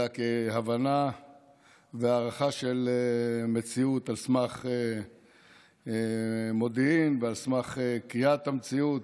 אלא כהבנה והערכה של מציאות על סמך מודיעין ועל סמך קריאת המציאות,